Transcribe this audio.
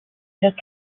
took